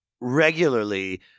regularly